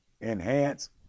enhance